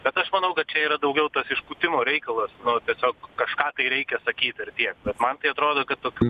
bet aš manau kad čia yra daugiau tas išpūtimo reikalas nu tiesiog kažką tai reikia sakyt ir tiek bet man tai atrodo kad tokių